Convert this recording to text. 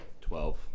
Twelve